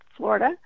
Florida